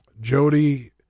Jody